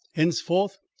henceforth,